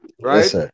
right